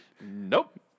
Nope